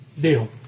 Deal